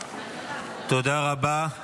תודה רבה.